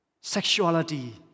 sexuality